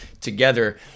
together